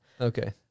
Okay